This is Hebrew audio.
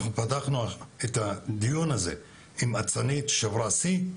אנחנו פתחנו את הדיון הזה עם אצנית ששברה שיא,